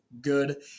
good